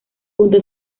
junto